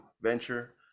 venture